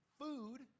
food